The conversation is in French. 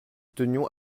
tenions